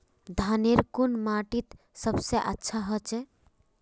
धानेर कुन माटित सबसे अच्छा होचे?